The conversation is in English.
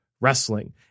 wrestling